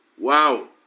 Wow